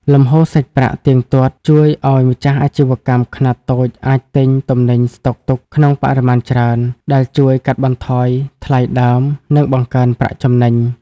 លំហូរសាច់ប្រាក់ទៀងទាត់ជួយឱ្យម្ចាស់អាជីវកម្មខ្នាតតូចអាចទិញទំនិញស្ដុកទុកក្នុងបរិមាណច្រើន ដែលជួយកាត់បន្ថយថ្លៃដើម និងបង្កើនប្រាក់ចំណេញ។